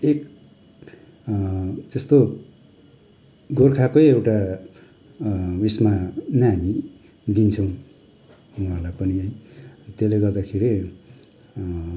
एक जस्तो गोर्खाकै एउटा उयसमा नै हामी दिन्छौँ उनीहरूलाई पनि है तेल्ले गर्दाखेरि